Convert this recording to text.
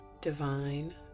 Divine